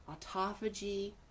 autophagy